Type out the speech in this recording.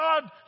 God